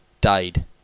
died